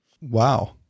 Wow